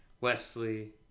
Wesley